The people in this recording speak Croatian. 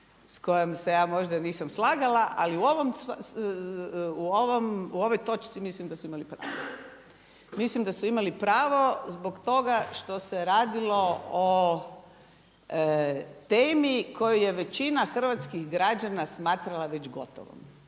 sa kojom se ja možda nisam slagala. Ali u ovoj točci mislim da su imali pravo. Mislim da su imali pravo zbog toga što se radilo o temi koju je većina hrvatskih građana smatrala već gotovom.